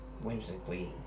Whimsically